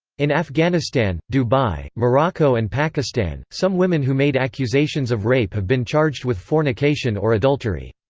in afghanistan, dubai, morocco and pakistan, some women who made accusations of rape have been charged with fornication or adultery.